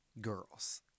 girls